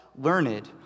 learned